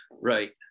Right